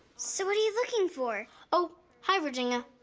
so what are you looking for? oh, hi virginia.